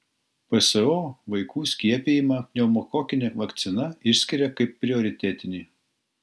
pso vaikų skiepijimą pneumokokine vakcina išskiria kaip prioritetinį